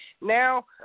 Now